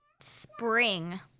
Spring